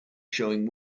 showing